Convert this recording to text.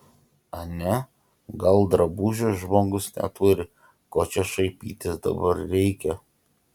ane gal drabužių žmogus neturi ko čia šaipytis dabar reikia